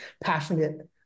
passionate